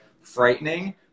frightening